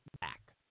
back